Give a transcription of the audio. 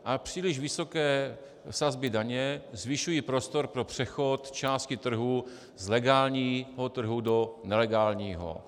A příliš vysoké sazby daně zvyšují prostor pro přechod části trhu z legálního trhu do nelegálního.